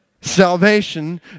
salvation